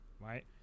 right